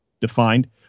defined